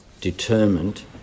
determined